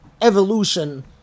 evolution